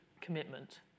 commitment